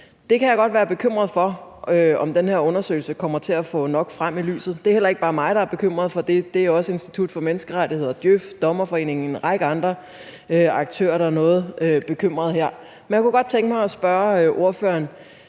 Jeg kan godt være bekymret for, om den her undersøgelse kommer til at få det nok frem i lyset. Det er heller ikke bare mig, der er bekymret for det. Det er også Institut for Menneskerettigheder, Djøf, Dommerforeningen og en række andre aktører, der er noget bekymrede for det her. Men jeg kunne godt tænke mig at spørge ordføreren,